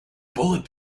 bullet